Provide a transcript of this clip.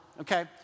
Okay